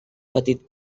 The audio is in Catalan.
patit